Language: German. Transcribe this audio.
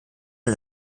den